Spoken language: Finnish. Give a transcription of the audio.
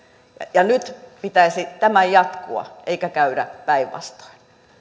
ja nyt pitäisi tämän jatkua eikä käydä päinvastoin